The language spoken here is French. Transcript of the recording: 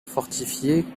fortifiée